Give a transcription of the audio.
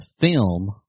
film